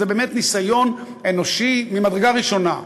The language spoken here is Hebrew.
וזה באמת ניסיון ממדרגה ראשונה.